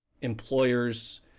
employers